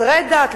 חסרי דת,